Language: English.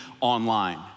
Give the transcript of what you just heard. online